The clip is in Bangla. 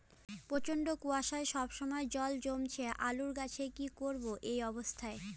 প্রচন্ড কুয়াশা সবসময় জল জমছে আলুর গাছে কি করব এই অবস্থায়?